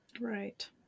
Right